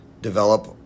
develop